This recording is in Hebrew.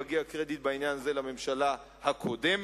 מגיע קרדיט בעניין הזה לממשלה הקודמת,